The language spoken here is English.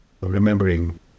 remembering